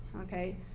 okay